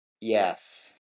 Yes